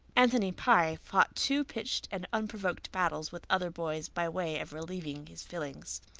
anthony pye fought two pitched and unprovoked battles with other boys by way of relieving his feelings.